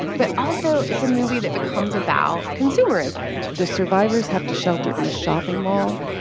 but also, it's a movie that becomes about consumerism the survivors have to shelter in a shopping mall,